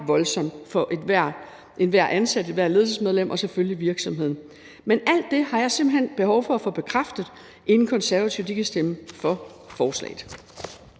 voldsomt for enhver ansat, ethvert ledelsesmedlem og selvfølgelig virksomheden. Alt det har jeg simpelt hen behov for at få bekræftet, inden Konservative kan stemme for forslaget.